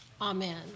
Amen